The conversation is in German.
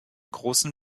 großen